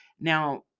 Now